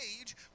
age